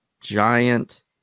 giant